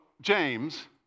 James